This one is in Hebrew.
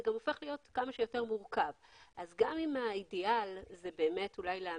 זה גם הופך להיות יותר מורכב גם אם האידיאל הוא להעמיד